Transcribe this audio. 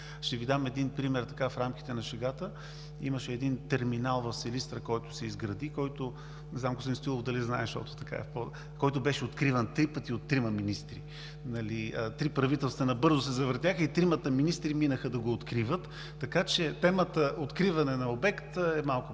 Ще ви дам един пример в рамките на шегата. Имаше един терминал в Силистра, който се изгради, не знам дали господин Стоилов знае, който беше откриван три пъти от трима министри, три правителства набързо се завъртяха и тримата министри минаха да го откриват. Така че темата „откриване на обект“ е малко по-различна